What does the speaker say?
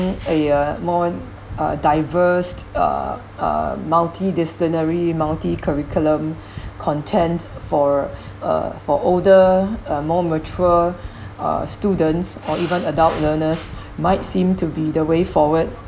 a a more diversed uh uh multidisciplinary multi curriculum content for uh for older uh more mature uh students or even adult learners might seem to be the way forward